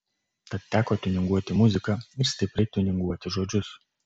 tad teko tiuninguoti muziką ir stipriai tiuninguoti žodžius